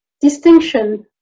distinction